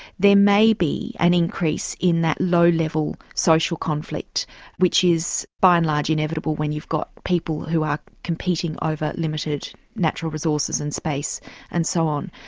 may be an increase in that low-level social conflict which is by and large inevitable when you've got people who are competing over limited natural resources and space and so on.